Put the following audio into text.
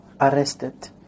arrested